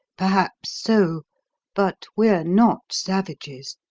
perhaps so but we're not savages,